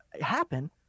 happen